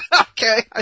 Okay